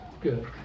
good